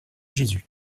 jésus